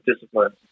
discipline